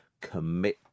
commit